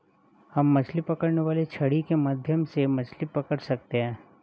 हम मछली पकड़ने वाली छड़ी के माध्यम से मछली पकड़ सकते हैं